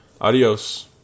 adios